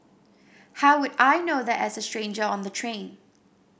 how would I know that as a stranger on the train